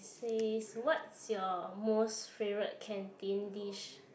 says what's your most favourite canteen dish